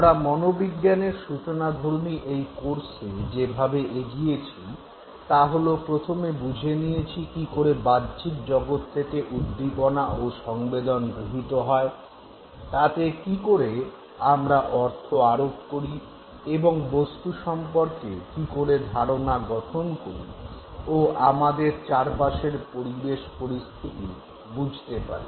আমরা মনোবিজ্ঞানের সূচনাধর্মী এই কোর্সে যেভাবে এগিয়েছি তা হল প্রথমে বুঝে নিয়েছি কী করে বাহ্যিক জগৎ থেকে উদ্দীপনা ও সংবেদন গৃহীত হয় তাতে কী করে আমরা অর্থ আরোপ করি এবং বস্তু সম্পর্কে কী করে ধারণা গঠন করি ও আমাদের চারপাশের পরিবেশ পরিস্থিতি বুঝতে পারি